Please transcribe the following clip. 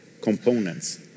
components